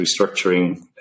restructuring